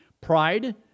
Pride